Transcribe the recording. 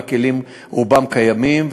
והכלים רובם קיימים,